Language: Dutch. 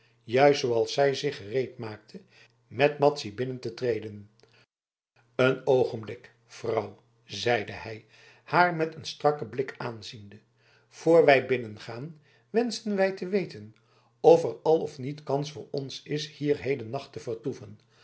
juist zooals zij zich gereedmaakte met madzy binnen te treden een oogenblik vrouw zeide hij haar met een strakken blik aanziende voor wij binnengaan wenschten wij te weten of er al of niet kans voor ons is hier hedennacht te vertoeven